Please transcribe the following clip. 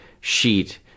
sheet